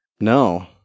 No